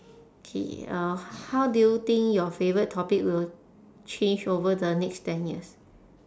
K uh how do you think your favourite topic will change over the next ten years